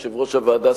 יושב-ראש הוועדה,